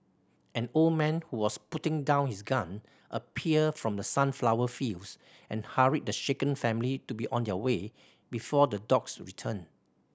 an old man who was putting down his gun appeared from the sunflower fields and hurried the shaken family to be on their way before the dogs return